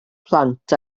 plant